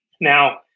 Now